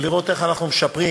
ולראות איך אנחנו משפרים.